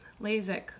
LASIK